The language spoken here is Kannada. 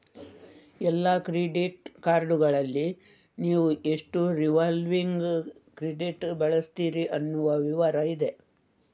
ಎಲ್ಲಾ ಕ್ರೆಡಿಟ್ ಕಾರ್ಡುಗಳಲ್ಲಿ ನೀವು ಎಷ್ಟು ರಿವಾಲ್ವಿಂಗ್ ಕ್ರೆಡಿಟ್ ಬಳಸ್ತೀರಿ ಅನ್ನುವ ವಿವರ ಇದೆ